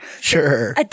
Sure